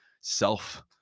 self